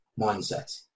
mindset